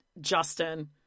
Justin